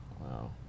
Wow